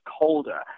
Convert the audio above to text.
colder